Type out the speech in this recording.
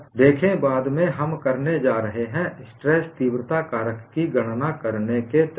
देखें बाद में हम करने जा रहे हैं स्ट्रेस तीव्रता कारक की गणना करने के तरीके